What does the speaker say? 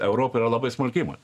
europoj yra labai smulki įmon